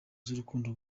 z’urukundo